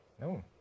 No